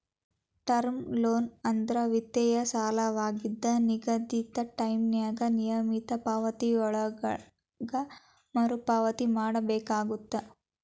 term loan ಅಂದ್ರ ವಿತ್ತೇಯ ಸಾಲವಾಗಿದ್ದ ನಿಗದಿತ ಟೈಂನ್ಯಾಗ ನಿಯಮಿತ ಪಾವತಿಗಳೊಳಗ ಮರುಪಾವತಿ ಮಾಡಬೇಕಾಗತ್ತ